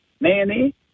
Manny